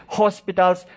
hospitals